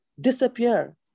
disappear